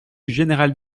général